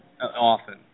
often